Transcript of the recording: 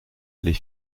les